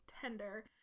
tender